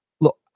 Look